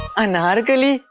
and anarkali?